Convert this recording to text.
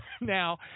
Now